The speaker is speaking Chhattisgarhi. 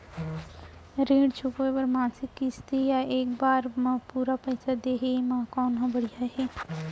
ऋण चुकोय बर मासिक किस्ती या एक बार म पूरा पइसा देहे म कोन ह बढ़िया हे?